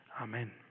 amen